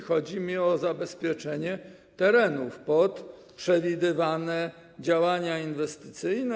Chodzi mi o zabezpieczenie terenów pod przewidywane działania inwestycyjne.